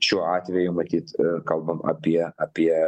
šiuo atveju matyt kalbam apie apie